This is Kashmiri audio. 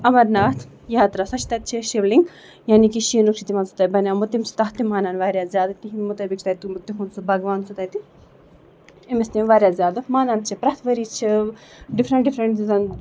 اَمرناتھ یاترٛا سۄ چھِ تَتہِ چھِ شِولِنٛگ یعنی کہِ شیٖنوٗ چھِ تِمَن سُہ تَتہِ بَنیٛومُت تِم چھِ تَتھ تہِ مانان واریاہ زیادٕ تِہِنٛد مطٲبق چھِ تَتہِ تٕم تِہُنٛد سُہ بھگوان سُہ تَتہِ أمِس تِم واریاہ زیادٕ مانان چھِ پرٛٮ۪تھ ؤری چھِ ڈِفرٛنٛٹ ڈِفرٛنٛٹ یُس زَن